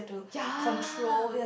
ya